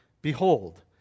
behold